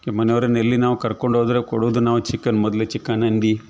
ಮನೆಯವ್ರನ್ನು ಎಲ್ಲಿ ನಾವು ಕರ್ಕೊಂಡೋದರೆ ಕೊಡೋದು ನಾವು ಚಿಕನ್ ಮೊದಲೆ ಚಿಕನ್ ಅಂದಿ